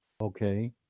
Okay